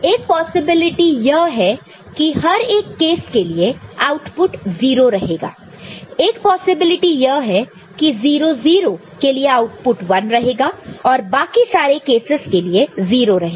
एक पॉसिबिलिटी यह यह है कि हर एक केस के लिए आउटपुट outut 0 रहेगा एक पॉसिबिलिटी यह है कि 0 0 के लिए आउटपुट 1 रहेगा और बाकी सारे केसस के लिए 0 रहेगा